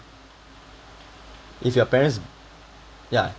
if your parents yeah